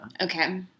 Okay